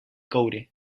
coure